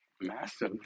massive